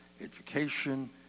education